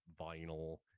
vinyl